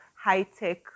high-tech